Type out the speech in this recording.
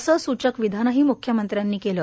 असे सूचक विधानही मुख्यमंत्र्यांनी केलं